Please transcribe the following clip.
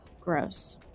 gross